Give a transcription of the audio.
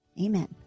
Amen